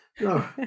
no